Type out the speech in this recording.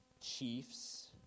chiefs